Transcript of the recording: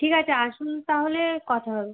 ঠিক আছে আসুন তাহলে কথা হবে